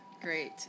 Great